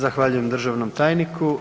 Zahvaljujem državnom tajniku.